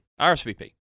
RSVP